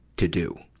to do.